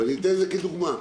את זה כדוגמה: